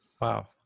Wow